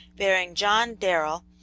bearing john darrell,